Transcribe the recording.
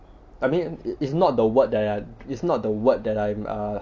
I mean it it's not the word that I it's not the word that I'm err